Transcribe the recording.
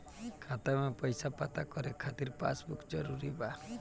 खाता में पईसा पता करे के खातिर पासबुक जरूरी बा?